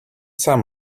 sam